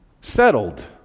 settled